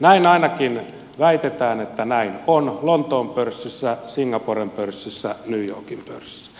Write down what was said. näin ainakin väitetään että näin on lontoon pörssissä singaporen pörssissä new yorkin pörssissä